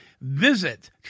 visit